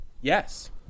Yes